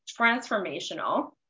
transformational